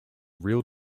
real